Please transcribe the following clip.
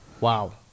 Wow